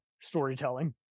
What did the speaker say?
storytelling